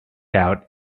out